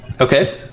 Okay